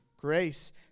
grace